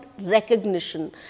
recognition